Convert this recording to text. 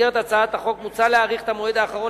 במסגרת הצעת החוק מוצע להאריך את המועד האחרון